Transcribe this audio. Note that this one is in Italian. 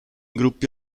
gruppi